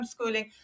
homeschooling